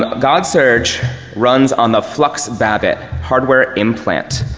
ah godsurge runs on the fluxbabbit, hardware implant.